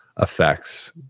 effects